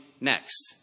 next